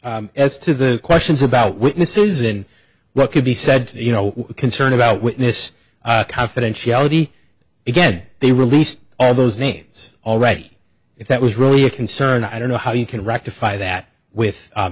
as to the questions about witnesses in what could be said you know concern about witness confidentiality again they released all those names already if that was really a concern i don't know how you can rectify that with